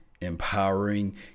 empowering